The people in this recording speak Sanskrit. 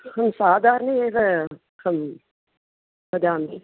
अहं साधारणीय एव करोमि वदामि